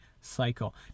cycle